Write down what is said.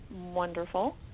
wonderful